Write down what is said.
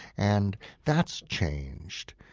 and that's changed.